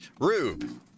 Rube